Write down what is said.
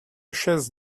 chaises